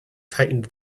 tightened